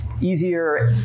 easier